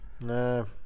no